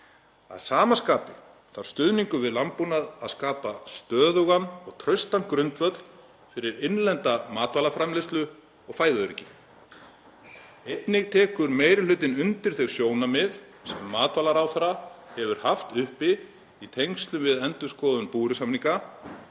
„Að sama skapi þarf stuðningur við landbúnað að skapa stöðugan og traustan grundvöll fyrir innlenda matvælaframleiðslu og fæðuöryggi. Einnig tekur meiri hlutinn undir þau sjónarmið sem matvælaráðherra hefur haft uppi í tengslum við endurskoðun búvörusamninga,